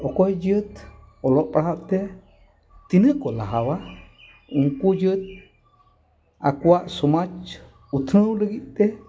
ᱚᱠᱚᱭ ᱡᱟᱹᱛ ᱚᱞᱚᱜ ᱯᱟᱲᱦᱟᱜ ᱛᱮ ᱛᱤᱱᱟᱹᱜ ᱠᱚ ᱞᱟᱦᱟᱣᱟ ᱩᱱᱠᱩ ᱡᱟᱹᱛ ᱟᱠᱚᱣᱟᱜ ᱥᱚᱢᱟᱡᱽ ᱩᱛᱱᱟᱹᱣ ᱞᱟᱹᱜᱤᱫ ᱛᱮ